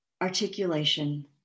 Articulation